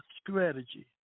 Strategy